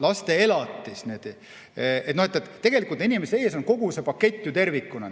laste elatis. Tegelikult inimeste ees on kogu see pakett tervikuna.